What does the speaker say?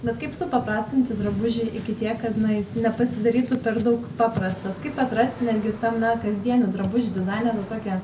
na kaip supaprastinti drabužį iki tiek kad na jis nepasidarytų per daug paprastas kaip atrasti netgi tame kasdienių drabužių dizaine va tokio